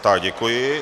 Tak děkuji.